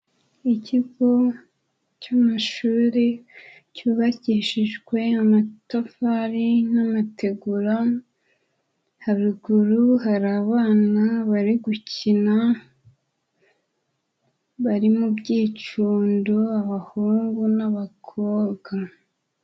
Ikigo cy'amashuri cyubakishijwe amatafari n'amategura, haruguru hari abana bari gukina, bari mu byicundo abahungu n'abakobwa.